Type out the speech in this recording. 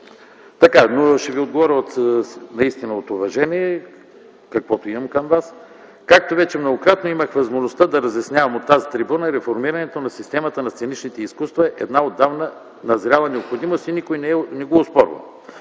дебат, но ще Ви отговоря наистина от уважение, каквото имам към Вас. Както вече многократно имах възможността да разяснявам от тази трибуна, реформирането на системата на сценичните изкуства е една отдавна назряла необходимост и никой не го оспорва.